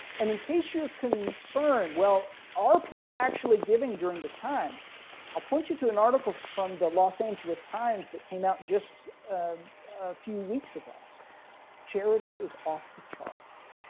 and in case your concern. well, are people actually giving during this time appoint you to an article from the los angeles times that came out just a few weeks ago charity is off the